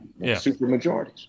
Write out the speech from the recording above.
supermajorities